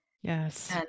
Yes